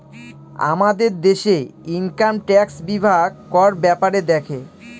আমাদের দেশে income tax বিভাগ কর ব্যাপারে দেখে